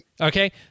Okay